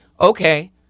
okay